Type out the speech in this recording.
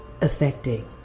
affecting